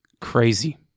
Crazy